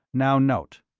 now, note.